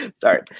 sorry